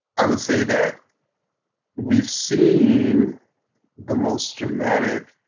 i would say that we've seen the most dramatic